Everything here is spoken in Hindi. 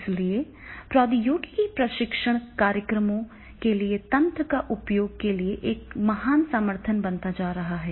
इसलिए प्रौद्योगिकी प्रशिक्षण कार्यक्रमों के लिए तंत्र के उपयोग के लिए एक महान समर्थन बनता जा रहा है